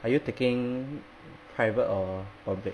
are you taking private or public